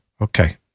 Okay